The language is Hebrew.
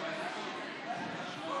נגד ינון